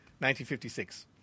1956